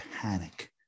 panic